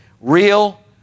Real